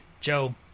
Joe